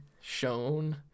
shown